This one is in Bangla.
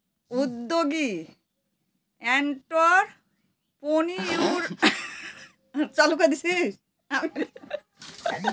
উদ্যোগী এন্ট্ররপ্রেনিউরশিপ ব্যবস্থা করে নিজে থেকে ব্যবসা শুরু করে